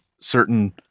certain